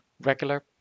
regular